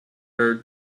her